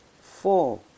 four